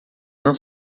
não